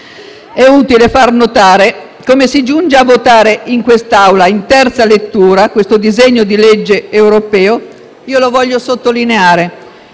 È utile far notare come si giunge a votare in quest'Aula in terza lettura questo disegno di legge europeo - lo voglio sottolineare